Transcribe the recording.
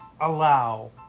allow